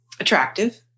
attractive